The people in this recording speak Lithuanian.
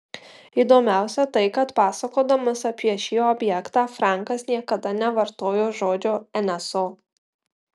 įdomiausia tai kad pasakodamas apie šį objektą frankas niekada nevartojo žodžio nso